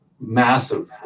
massive